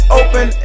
open